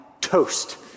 toast